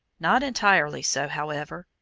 not entirely so, however.